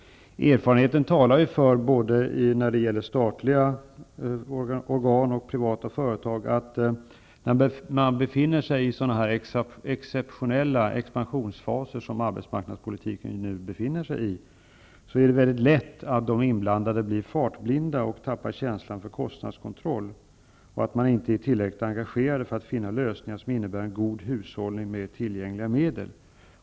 Erfarenheten -- både när det gäller statliga organ och när det gäller privata företag -- talar för att det är lätt att de inblandade, när man befinner sig i så exceptionella expansionsfaser som arbetsmarknadspolitiken nu befinner sig i, blir fartblinda och tappar känslan för kostnadskontroll och att de inte är tillräckligt engagerade för att finna lösningar som innebär en god hushållning med tillgängliga medel.